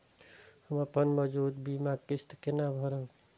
हम अपन मौजूद बीमा किस्त केना भरब?